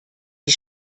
die